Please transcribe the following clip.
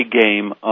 game